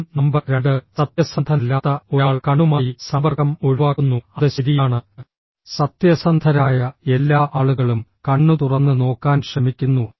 ചോദ്യം നമ്പർ 2 സത്യസന്ധനല്ലാത്ത ഒരാൾ കണ്ണുമായി സമ്പർക്കം ഒഴിവാക്കുന്നു അത് ശരിയാണ് സത്യസന്ധരായ എല്ലാ ആളുകളും കണ്ണുതുറന്ന് നോക്കാൻ ശ്രമിക്കുന്നു